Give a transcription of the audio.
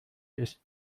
ist